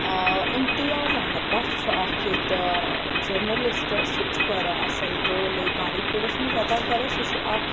اِمتیاز احمد بَٹ چھُ اکھ ییٚتہِ جٔرنَلِسٹ حظ سُہ تہِ چھُ واریاہ اَصٕل رول ییٚتہِ بانٛڈی پوٗرَس منٛز ادا کَران سُہ چھُ اکھ